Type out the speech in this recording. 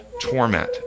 torment